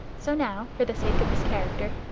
so now, for the sake of his character,